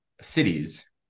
cities